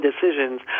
decisions